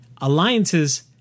Alliances